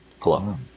Hello